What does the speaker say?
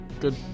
Good